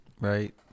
Right